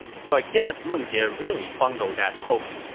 so i guess meng jie really bungled that hoax,